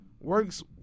works